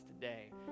today